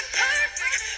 perfect